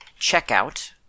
checkout